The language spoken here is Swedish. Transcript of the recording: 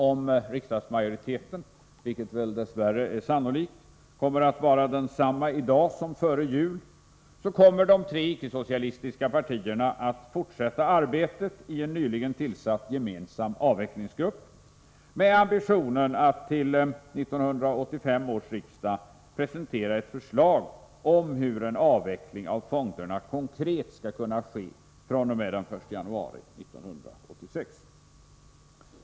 Om riksdagsmajoriteten, vilket väl dess värre är sannolikt, kommer att vara densamma i dag som före jul så kommer de tre icke-socialistiska partierna att fortsätta arbetet i en nyligen tillsatt gemensam avvecklingsgrupp, med ambitionen att till 1985 års riksdag presentera ett förslag om hur en avveckling av fonderna konkret skall kunna ske fr.o.m. den 1 januari 1986.